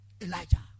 Elijah